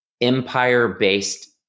empire-based